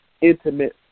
intimate